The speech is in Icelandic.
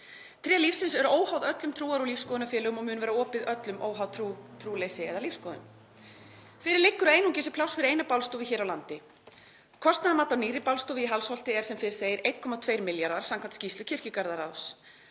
Tré lífsins er óháð öllum trúar- og lífsskoðunarfélögum og mun vera opið öllum óháð trú, trúleysi eða lífsskoðun. Fyrir liggur að einungis er pláss fyrir eina bálstofu hér á landi. Kostnaðarmat á nýrri baðstofu í Hallsholti er sem fyrr segir 1,2 milljarðar samkvæmt skýrslu kirkjugarðaráðs.